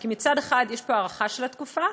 כי מצד אחד יש פה הארכה של התקופה,